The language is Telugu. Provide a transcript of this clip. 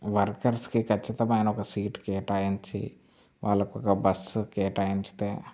వర్కర్స్కి ఖచ్చితమైన ఒక సీట్ కేటాయించి వాళ్ళకి ఒక బస్సు కేటాయించితే